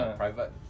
，private